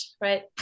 right